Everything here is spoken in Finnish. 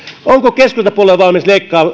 onko keskustapuolue valmis